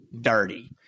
dirty